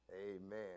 Amen